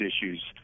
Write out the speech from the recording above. issues